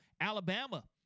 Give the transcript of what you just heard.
Alabama